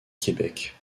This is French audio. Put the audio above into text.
québec